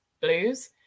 blues